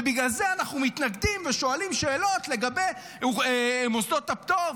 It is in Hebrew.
ובגלל זה אנחנו מתנגדים ושואלים שאלות לגבי מוסדות הפטור,